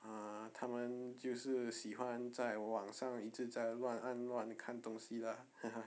uh 他们就是喜欢在网上一直在乱按乱看东西 lah